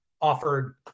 offered